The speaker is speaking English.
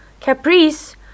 Caprice